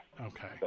Okay